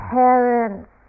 parents